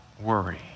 worry